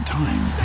time